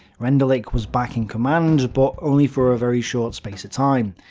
rendulic was back in command, but only for a very short space of time,